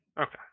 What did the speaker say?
Okay